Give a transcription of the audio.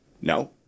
No